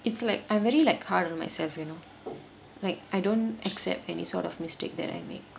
it's like I very like hard on myself you know like I don't accept any sort of mistake that I make